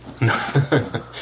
No